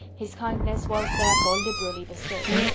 his kindness was therefore liberally bestowed.